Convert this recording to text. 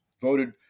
voted